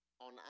On